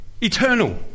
Eternal